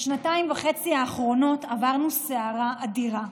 בשנתיים וחצי האחרונות עברנו סערה אדירה,